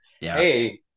hey